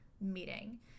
meeting